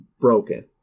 broken